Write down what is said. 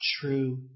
True